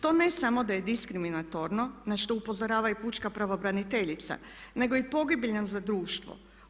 To ne samo da je diskriminatorno na što upozorava i pučka pravobraniteljica, nego i pogibeljno za društvo.